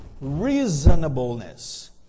reasonableness